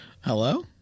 Hello